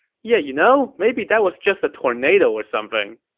yeah, you know, maybe that was just a tornado or something.